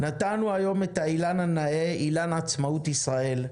נטענו היום את האילן הנאה אילן עצמאות ישראל.